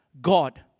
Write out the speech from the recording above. God